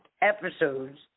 episodes